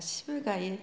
गासिबो गाइयो